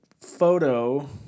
photo